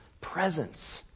presence